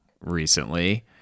recently